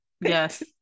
yes